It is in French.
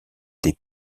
des